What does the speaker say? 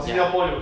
ya